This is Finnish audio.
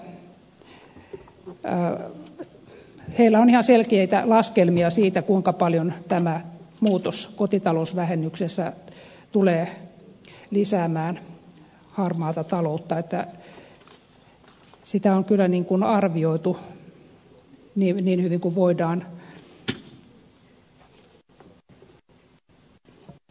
veronmaksajain keskusliitolla on ihan selkeitä laskelmia siitä kuinka paljon tämä muutos kotitalousvähennyksessä tulee lisäämään harmaata taloutta niin että on kyllä arvioitu niin hyvin kuin voidaan